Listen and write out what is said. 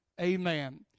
Amen